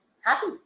happy